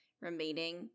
remaining